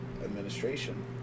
Administration